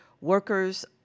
workers